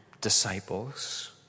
disciples